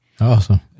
Awesome